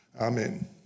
Amen